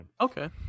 okay